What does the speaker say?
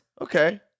Okay